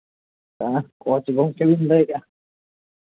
ᱦᱮᱸ ᱠᱳᱪ ᱜᱚᱢᱠᱮ ᱵᱮᱱ ᱞᱟᱹᱭᱮᱫᱼᱟ